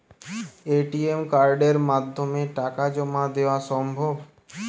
ATM কার্ডের মাধ্যমে টাকা জমা দেওয়া সম্ভব?